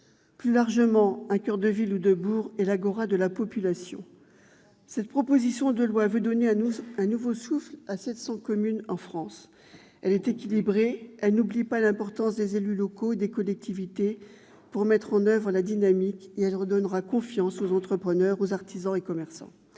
Plus largement, un coeur de ville ou de bourg est l'agora de la population. La proposition de loi vise à donner un nouveau souffle à 700 communes en France. Il faut conclure ! Elle est équilibrée. Elle n'oublie pas l'importance des élus locaux et des collectivités pour mettre en oeuvre la dynamique, et elle redonnera confiance aux entrepreneurs, aux artisans et commerçants.